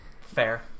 Fair